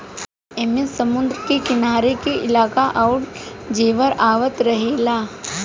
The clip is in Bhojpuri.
ऐमे समुद्र के किनारे के इलाका आउर ज्वार आवत रहेला